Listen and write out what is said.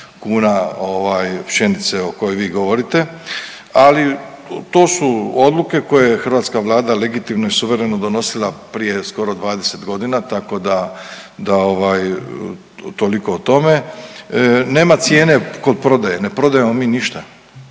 kuna pšenice o kojoj vi govore, ali to su odluke koje je hrvatska Vlada legitimno i suvereno donosila prije skoro 20 godina tako da toliko o tome. Nema cijene kod prodaje, ne prodajemo mi niša,